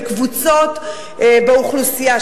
בקבוצות באוכלוסייה,